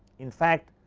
in fact,